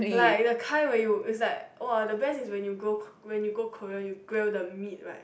like the kind when you is like !wow! the best is when you go when you go Korean you grill the meat right